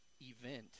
event